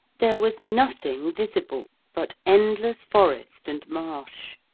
there was nothing visible but endless forest and marsh.